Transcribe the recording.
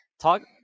Talk